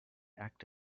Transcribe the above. act